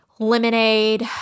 lemonade